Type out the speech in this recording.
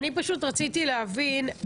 אני פשוט רציתי להבין,